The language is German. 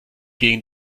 gegen